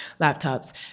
laptops